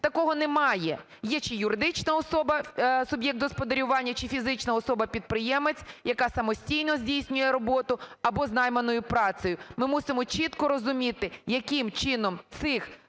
Такого немає. Є чи юридична особа - суб'єкт господарювання чи фізична особа - підприємець, яка самостійно здійснює роботу або з найманою працею. Ми мусимо чітко розуміти, яким чином цих